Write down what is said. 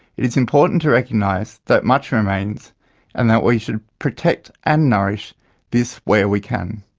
it is important to recognise that much remains and that we should protect and nourish this where we can.